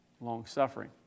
long-suffering